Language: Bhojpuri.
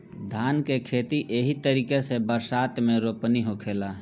धान के खेती एही तरीका के बरसात मे रोपनी होखेला